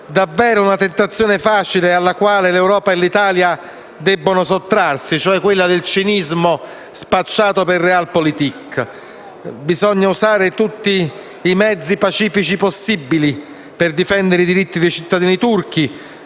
davvero una tentazione facile a cui l'Europa e l'Italia debbono sottrarsi, cioè quella del cinismo spacciato per *Realpolitik*. Bisogna usare tutti i mezzi pacifici possibili per difendere i diritti dei cittadini turchi